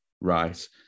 right